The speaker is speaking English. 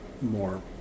more